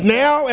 now